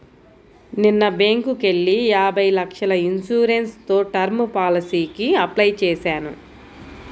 నిన్న బ్యేంకుకెళ్ళి యాభై లక్షల ఇన్సూరెన్స్ తో టర్మ్ పాలసీకి అప్లై చేశాను